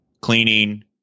cleaning